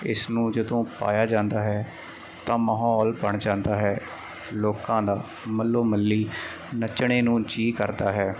ਇਸ ਨੂੰ ਜਦੋਂ ਪਾਇਆ ਜਾਂਦਾ ਹੈ ਤਾਂ ਮਾਹੌਲ ਬਣ ਜਾਂਦਾ ਹੈ ਲੋਕਾਂ ਦਾ ਮੱਲੋ ਮੱਲੀ ਨੱਚਣੇ ਨੂੰ ਜੀਅ ਕਰਦਾ ਹੈ